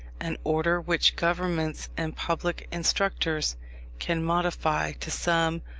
an order which governments and public instructors can modify to some,